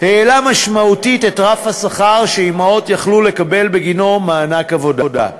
העלה משמעותית את רף השכר שאימהות יכלו לקבל בגינו מענק עבודה.